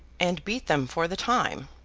and beat them for the time.